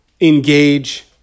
engage